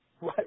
Right